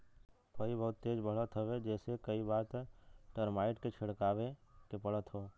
पई बहुते तेज बढ़त हवे जेसे कई बार त टर्माइट के छिड़कवावे के पड़त हौ